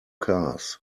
cars